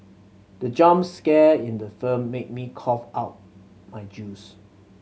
the jump scare in the film made me cough out my juice